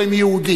או הם יהודים.